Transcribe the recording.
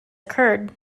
occurred